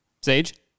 Sage